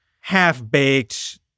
half-baked